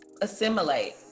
assimilate